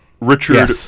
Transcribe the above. Richard